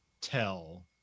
tell